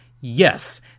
Yes